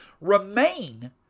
remain